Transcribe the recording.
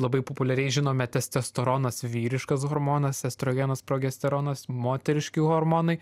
labai populiariai žinome testosteronas vyriškas hormonas estrogenas progesteronas moteriški hormonai